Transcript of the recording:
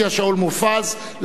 לעלות ולשאת את דבריו.